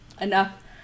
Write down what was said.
enough